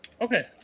Okay